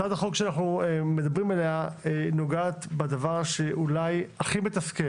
הצעת החוק שאנחנו מדברים עליה נוגעת בדבר שאולי הכי מתסכל